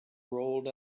rolled